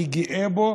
אני גאה בו.